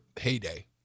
heyday